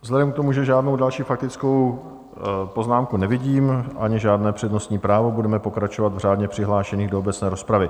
Vzhledem k tomu, že žádnou další faktickou poznámku nevidím ani žádné přednostní právo, budeme pokračovat v řádně přihlášených do obecné rozpravy.